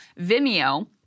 Vimeo